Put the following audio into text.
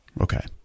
Okay